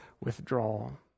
withdrawal